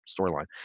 storyline